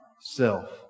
Self